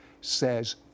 says